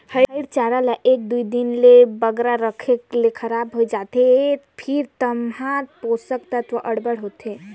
हयिर चारा ल एक दुई दिन ले बगरा राखे ले खराब होए जाथे फेर एम्हां पोसक तत्व अब्बड़ होथे